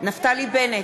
נפתלי בנט,